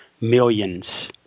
millions